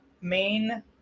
main